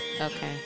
Okay